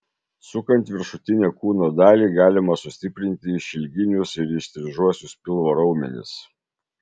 sukant viršutinę kūno dalį galima sustiprinti išilginius ir įstrižuosius pilvo raumenis